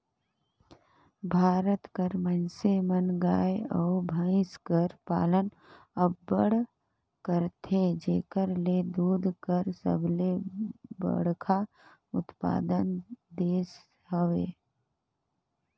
भारत कर मइनसे मन गाय अउ भंइस कर पालन अब्बड़ करथे जेकर ले दूद कर सबले बड़खा उत्पादक देस हवे